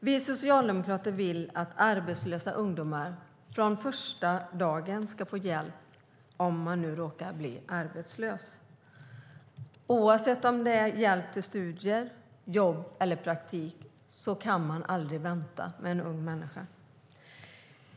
Vi socialdemokrater vill att arbetslösa ungdomar ska få hjälp från första dagen om man nu råkar bli arbetslös. Oavsett om det gäller hjälp till studier, jobb eller praktik kan vi aldrig vänta med en ung människa.